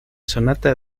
sonata